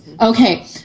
Okay